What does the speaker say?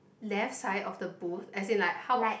left side of the booth as in like how